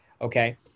okay